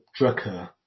Drucker